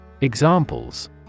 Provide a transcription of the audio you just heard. Examples